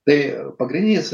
tai pagrindinis